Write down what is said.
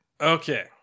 Okay